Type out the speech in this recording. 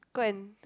go and